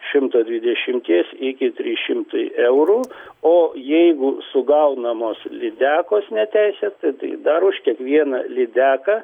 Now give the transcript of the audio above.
šimto dvidešimties iki trys šimtai eurų o jeigu sugaunamos lydekos neteisėtai dar už kiekvieną lydeką